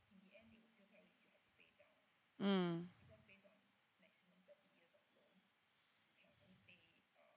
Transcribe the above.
mm